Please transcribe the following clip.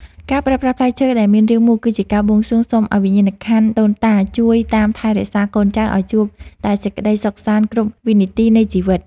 ការប្រើប្រាស់ផ្លែឈើដែលមានរាងមូលគឺជាការបួងសួងសុំឱ្យវិញ្ញាណក្ខន្ធដូនតាជួយតាមថែរក្សាកូនចៅឱ្យជួបតែសេចក្តីសុខសាន្តគ្រប់វិនាទីនៃជីវិត។